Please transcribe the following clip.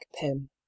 pym